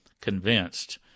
convinced